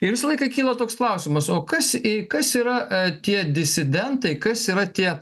ir visą laiką kyla toks klausimas o kas į kas yra tie disidentai kas yra tie